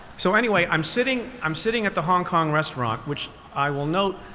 so anyway, i'm sitting i'm sitting at the hong kong restaurant, which i will note,